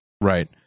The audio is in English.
right